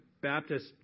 Baptist